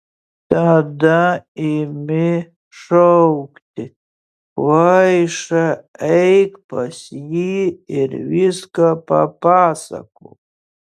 tada imi šaukti kvaiša eik pas jį ir viską papasakok